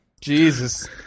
Jesus